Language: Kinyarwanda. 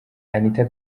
anita